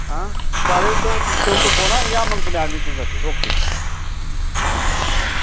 हां चालेल सं ठेवतो फोन हां या मग तुम्ही ॲडमिशनसाठी ओके हो हो या